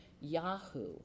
Yahoo